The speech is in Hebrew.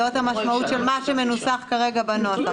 זאת המשמעות של מה שמופיע כרגע בנוסח.